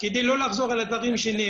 שהם לא נסעו לשבוע.